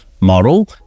model